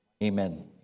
amen